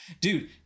Dude